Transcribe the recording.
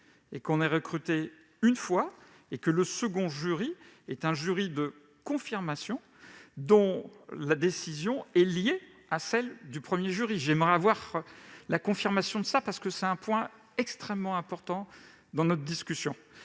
que l'on est recruté une fois et que le second jury est un jury de confirmation, dont la décision est liée à celle du premier jury. J'aimerais en avoir la confirmation, parce que c'est un point extrêmement important dans notre discussion.